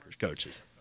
coaches